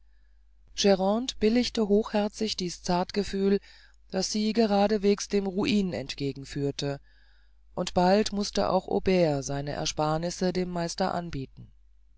billigte hochherzig dies zartgefühl das sie geradeswegs dem ruin entgegenführte und bald mußte auch aubert seine ersparnisse dem meister anbieten